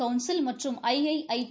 council மற்றும் IIT